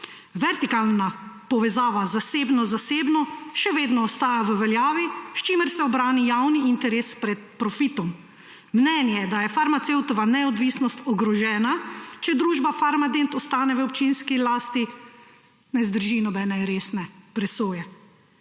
Vertikalna povezava zasebno–zasebno še vedno ostaja v veljavi, s čimer se ubrani javni interes pred profitom. Mnenje, da je farmacevtova neodvisnost ogrožena, če družba Farmadent ostane v občinski lasti, ne zdrži nobene resne presoje.